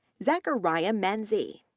zachariah menzi,